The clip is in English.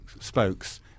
spokes